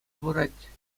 пырать